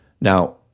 Now